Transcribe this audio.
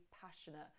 passionate